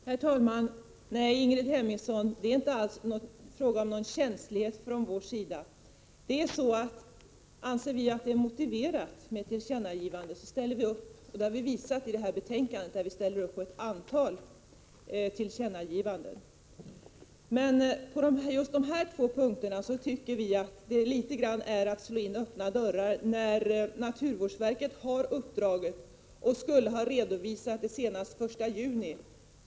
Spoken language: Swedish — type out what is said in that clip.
Herr talman! Nej, Ingrid Hemmingsson, det är inte alls fråga om någon känslighet från vår sida. Anser vi att det är motiverat med ett tillkännagivande ställer vi upp. Det har vi visat i detta betänkande, där vi ställer oss bakom ett antal tillkännagivanden. Men just på dessa två punkter är det nästan att slå in öppna dörrar, när naturvårdsverket har uppdraget som skulle ha redovisats senast den 1 juni.